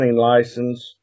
license